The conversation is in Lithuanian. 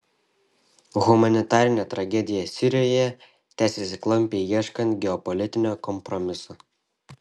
humanitarinė tragedija sirijoje tęsiasi klampiai ieškant geopolitinio kompromiso